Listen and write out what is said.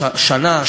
שנה,